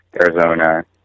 Arizona